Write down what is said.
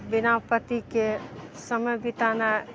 बिना पतिके समय बिताना